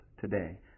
today